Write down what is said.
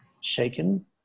shaken